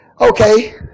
Okay